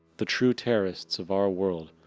the true terrorists of our world,